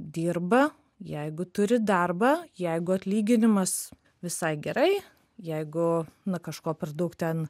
dirba jeigu turi darbą jeigu atlyginimas visai gerai jeigu na kažko per daug ten